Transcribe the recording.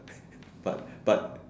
but but